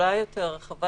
גדולה יותר, רחבה